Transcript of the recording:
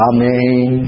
Amen